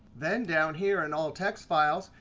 then down here in all text files,